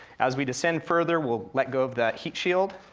as we descend further, we'll let go of that heat shield.